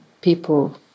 people